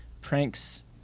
pranks